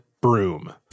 broom